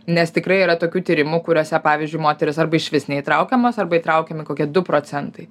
nes tikrai yra tokių tyrimų kuriuose pavyzdžiui moteris arba išvis neįtraukiamos arba įtraukiami kokie du procentai